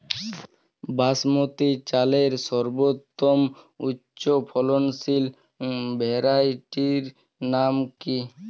বাসমতী চালের সর্বোত্তম উচ্চ ফলনশীল ভ্যারাইটির নাম কি?